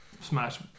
smash